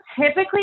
typically